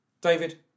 David